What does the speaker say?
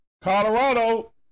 Colorado